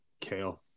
Kale